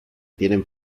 tienen